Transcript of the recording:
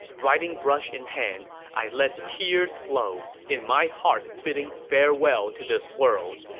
writing brush in hand, i let tears flow, in my heart bidding farewell to this world.